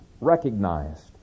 recognized